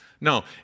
no